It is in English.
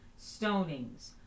stonings